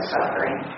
Suffering